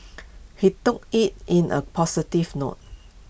he took IT in A positive note